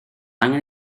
angen